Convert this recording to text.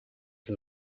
que